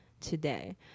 today